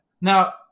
Now